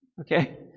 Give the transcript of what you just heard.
Okay